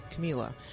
Camila